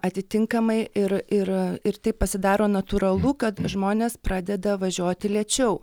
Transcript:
atitinkamai ir ir ir tai pasidaro natūralu kad žmonės pradeda važiuoti lėčiau